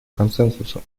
консенсусом